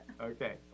okay